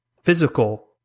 physical